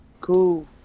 cool